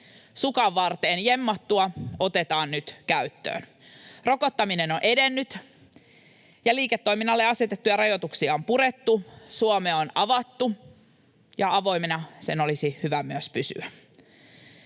Sukanvarteen jemmattua otetaan nyt käyttöön. Rokottaminen on edennyt, ja liiketoiminnalle asetettuja rajoituksia on purettu. Suomea on avattu, ja avoimena sen olisi hyvä myös pysyä.